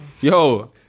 Yo